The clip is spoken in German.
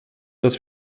dass